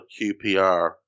QPR